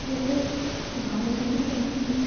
जैसे भवनों की पेन्टिंग